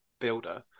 builder